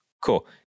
cool